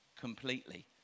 completely